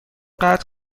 قطع